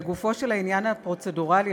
לגופו של העניין הפרוצדורלי,